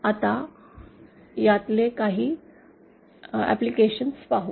आता यातले काही एप्लिकेशन पाहू